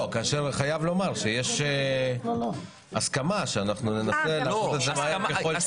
אני חייב לומר שיש הסכמה שאנחנו ננסה לעשות את זה מהר ככל שניתן.